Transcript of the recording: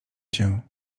cię